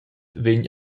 vegn